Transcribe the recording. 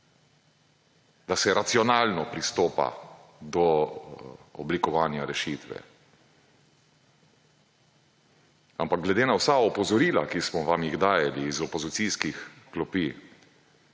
da se racionalno pristopa do oblikovanja rešitve, ampak glede na vsa opozorila, ki smo vam jih dajali iz opozicijskih klopi,